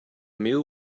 meal